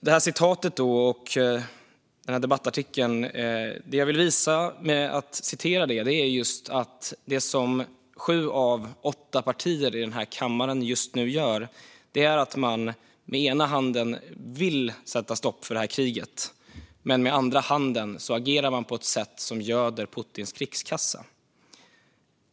Det jag vill visa med citatet och debattartikeln är att det som sju av åtta partier i den här kammaren just nu gör är att med den ena handen vilja sätta stopp för kriget men med den andra agerar på ett sätt som göder Putins krigskassa.